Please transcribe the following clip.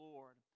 Lord